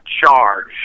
charge